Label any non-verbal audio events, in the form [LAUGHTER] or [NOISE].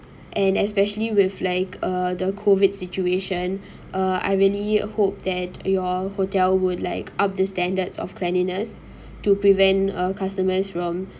and especially with like uh the COVID situation [BREATH] uh I really hope that your hotel would like up this standards of cleanliness to prevent uh customers from